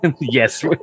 Yes